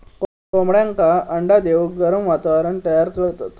कोंबड्यांका अंडे देऊक गरम वातावरण तयार करतत